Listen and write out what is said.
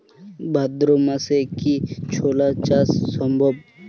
ভাদ্র মাসে কি ছোলা চাষ সম্ভব?